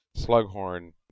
Slughorn